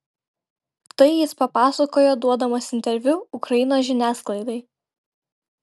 tai jis papasakojo duodamas interviu ukrainos žiniasklaidai